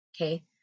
okay